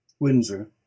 Windsor